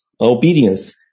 obedience